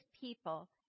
people